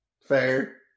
Fair